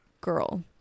girl